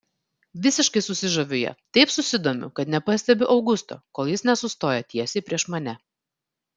visiškai susižaviu ja taip susidomiu kad nepastebiu augusto kol jis nesustoja tiesiai prieš mane